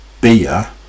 beer